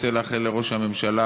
רוצה לאחל לראש הממשלה